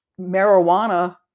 marijuana